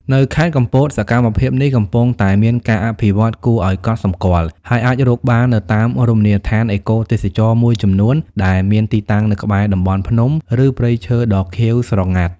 នៅខេត្តកំពត សកម្មភាពនេះកំពុងតែមានការអភិវឌ្ឍគួរឱ្យកត់សម្គាល់ ហើយអាចរកបាននៅតាមរមណីយដ្ឋានអេកូទេសចរណ៍មួយចំនួនដែលមានទីតាំងនៅក្បែរតំបន់ភ្នំ ឬព្រៃឈើដ៏ខៀវស្រងាត់។